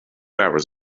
hours